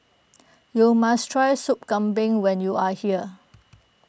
you must try Soup Kambing when you are here